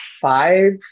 five